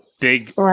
Big